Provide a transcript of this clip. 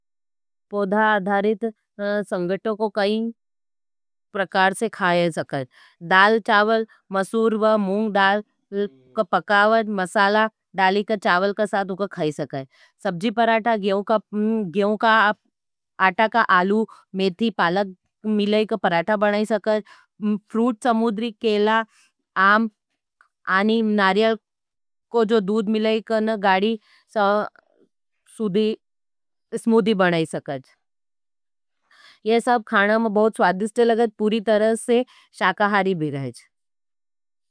पोधा अधारित संगटों को कई प्रकार से खाये सकज। डाल, चावल, मसूर, मूंग डाल को पकावज, मसाला डाली का चावल का साथ उग़े खाये सकज। सब्जी परांठा, गेहूं का आटा का आलू, मेथी, पालक मिलाई के परांठा।